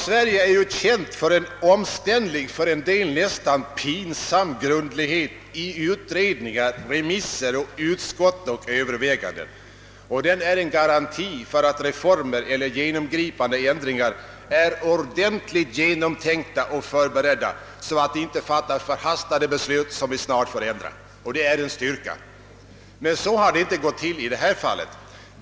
Sverige är känt för en omständlig, för en del nästan pinsam, grundlighet i utredningar, remisser, utskott och överväganden. Denna grundlighet är en garanti för att reformer eller genomgripande ändringar är ordentligt genomtänkta och förberedda så att vi inte fattar förhastade beslut som vi får ändra. Det är en styrka. Men så har det inte gått till i detta fall.